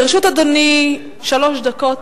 לרשות אדוני שלוש דקות.